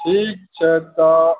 ठीक छै तऽ